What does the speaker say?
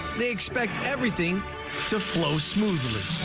they expect everything to flow smoothly.